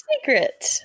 secret